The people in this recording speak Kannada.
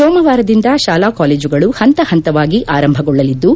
ಸೋಮವಾರದಿಂದ ಶಾಲಾ ಕಾಲೇಜುಗಳು ಹಂತಹಂತವಾಗಿ ಆರಂಭಗೊಳ್ಳಲಿದ್ದು